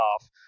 half